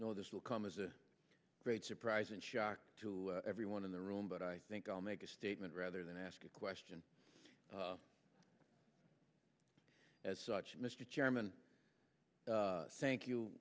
know this will come as a great surprise and shock to everyone in the room but i think i'll make a statement rather than ask a question as such mr chairman thank you